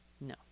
No